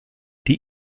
die